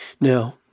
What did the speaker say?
Now